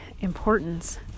importance